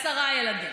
עשרה ילדים.